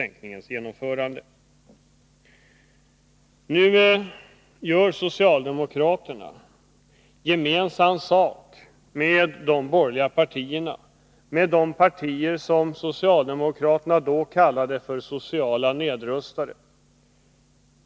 Nu gör socialdemokraterna gemensam sak med de borgerliga partierna, med de partier som socialdemokraterna då kallade för sociala nedrustare.